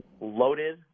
loaded